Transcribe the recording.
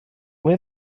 ble